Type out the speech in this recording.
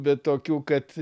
bet tokių kad